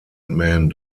men